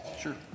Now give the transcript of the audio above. Sure